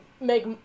make